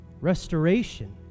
Restoration